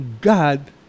God